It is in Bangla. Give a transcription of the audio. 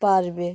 পারবে